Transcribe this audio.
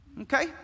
Okay